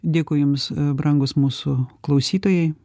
dėkui jums brangūs mūsų klausytojai